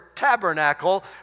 tabernacle